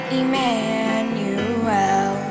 Emmanuel